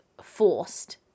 forced